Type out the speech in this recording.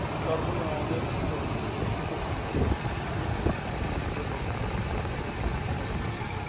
যার ফলে আমাদের শরীরটা সুস্থ থাকে এবং নোংরা যত পরিষ্কার করা হয় ততই ভালো